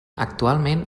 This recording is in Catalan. actualment